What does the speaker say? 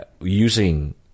using